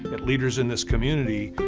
um at leaders in this community,